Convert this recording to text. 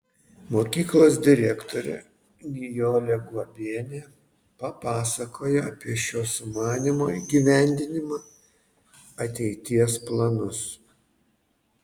mokyklos direktorė nijolė guobienė papasakojo apie šio sumanymo įgyvendinimą ateities planus